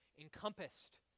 encompassed